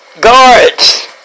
guards